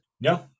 No